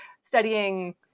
studying